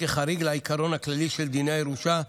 כחריג לעיקרון הכללי של דיני הירושה,